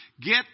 Get